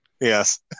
Yes